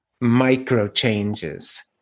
micro-changes